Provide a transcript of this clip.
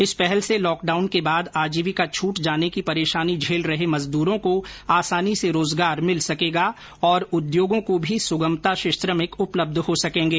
इस पहल से लॉकडाउन के बाद आजीविका छूट जाने की परेशानी झेल रहे मजदूरों को आसानी से रोजगार मिल सकेगा और उद्योगों को भी सुगमता से श्रमिक उपलब्ध हो सकेगें